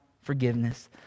forgiveness